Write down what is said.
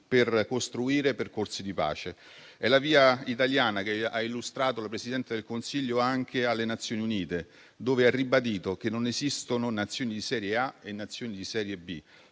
per costruire percorsi di pace. È la via italiana che ha illustrato la Presidente del Consiglio anche alle Nazioni Unite, dove ha ribadito che non esistono Nazioni di serie A e Nazioni di serie B,